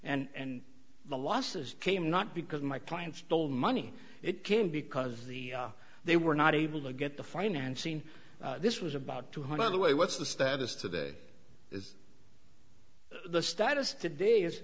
and the losses came not because my client stole money it came because of the they were not able to get the financing this was about two hundred other way what's the status today is the status today